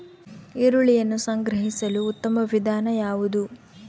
ಈರುಳ್ಳಿಯನ್ನು ಸಂಗ್ರಹಿಸಲು ಉತ್ತಮ ವಿಧಾನ ಯಾವುದು?